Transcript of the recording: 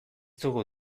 dugu